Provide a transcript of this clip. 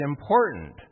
important